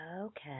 Okay